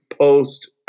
post